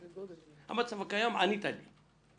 על המצב הקיים ענית לי.